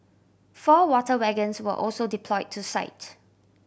four water wagons were also deployed to site